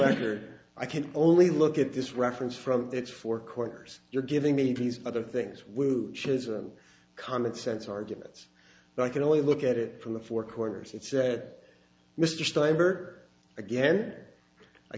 letter i can only look at this reference from its four corners you're giving me these other things whooshes and common sense arguments but i can only look at it from the four corners and said mr steinberg again i